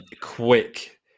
quick